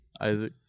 Isaac